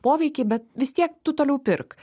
poveikį bet vis tiek tu toliau pirk